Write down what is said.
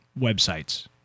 websites